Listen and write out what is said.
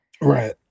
Right